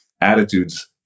attitudes